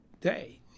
day